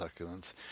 succulents